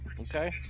Okay